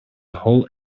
hole